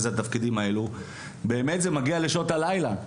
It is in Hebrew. זה מגיע לשעות הלילה,